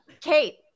Kate